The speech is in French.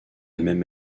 même